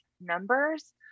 numbers